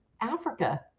Africa